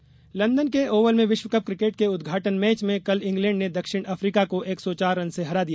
cricket London के Oval में विश्व कप क्रिकेट के उद्घाटन मैच में कल इंग्लैंड ने दक्षिण अफ्रीका को एक सौ चार रन से हरा दिया